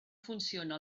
funciona